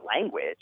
language